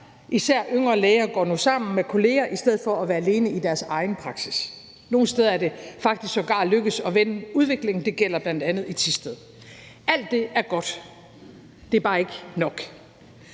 Især yngre læger går nu sammen med kolleger i stedet for at være alene i deres egen praksis. Nogle steder er det faktisk sågar lykkedes at vende udviklingen. Det gælder bl.a. i Thisted. Alt det er godt. Det er bare ikke nok.